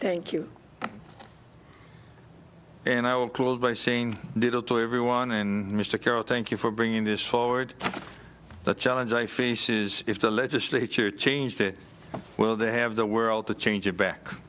you and i will close by saying little to everyone in mr carroll thank you for bringing this forward the challenge we face is if the legislature changed it well they have the world to change it back